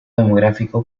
demográfico